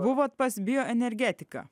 buvot pas bioenergetiką